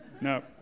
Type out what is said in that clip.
no